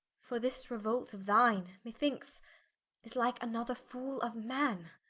for this reuolt of thine, me thinkes is like another fall of man.